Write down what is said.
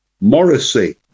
Morrissey